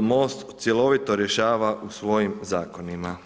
MOST cjelovito rješava u svojim zakonima.